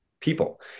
people